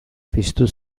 piztu